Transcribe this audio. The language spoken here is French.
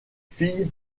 fille